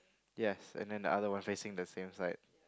yes and then the other one facing the same side